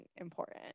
important